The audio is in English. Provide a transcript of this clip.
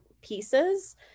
pieces